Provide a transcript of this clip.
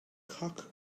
cock